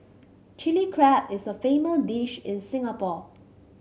Chilli Crab is a famous dish in Singapore